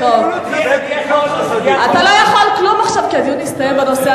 לא יעזור כמה פעמים אתה תגיד שהתחייבו בפניך.